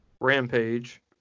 Rampage